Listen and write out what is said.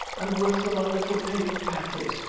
and with them a little paper packet.